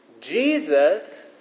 Jesus